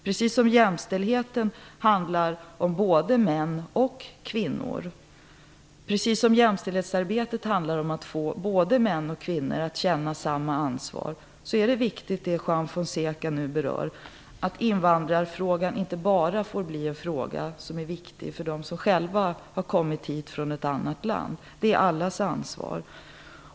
Precis som jämställdheten handlar om både män och kvinnor, precis som jämställdhetsarbetet handlar om att få både män och kvinnor att känna samma ansvar, är det viktigt - som Juan Fonseca berör - att invandrarfrågan inte bara får bli en fråga som är viktig för dem som själva har kommit hit från ett annat land. Detta är allas ansvar.